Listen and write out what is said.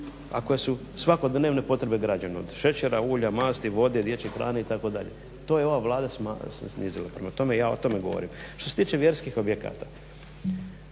a koje su svakodnevne potrebe građana. Od šećera, ulja, masti, vode, dječje hrane itd. To je ova Vlada snizila. Prema tome, ja o tome govorim. Što se tiče vjerskih objekata,